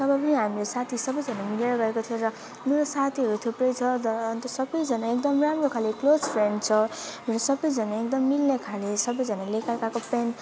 तब पनि हामीहरू साथी सबैजना मिलेर गएको थियौँ र मेरो साथीहरू थुप्रै छ तर अनि त्यो सबैजना एकदम राम्रो खाले क्लोज फ्रेन्ड छ र सबैजना एकदम मिल्ने खाले सबैजनाले एकाअर्काको फ्रेन्ड